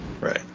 Right